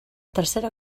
tercera